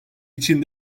için